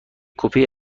کپی